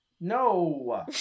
No